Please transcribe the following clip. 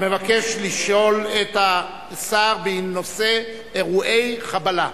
המבקש לשאול את השר בנושא: אירועי חבלה.